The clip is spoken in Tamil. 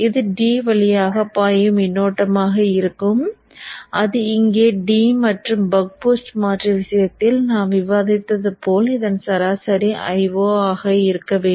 இது D வழியாக பாயும் மின்னோட்டமாக இருக்கும் அது இங்கே D மற்றும் பக் பூஸ்ட் மாற்றி விஷயத்தில் நாம் விவாதித்தது போல் இதன் சராசரி Io ஆக இருக்க வேண்டும்